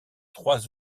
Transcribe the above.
trois